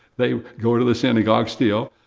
they go to the synagogue still,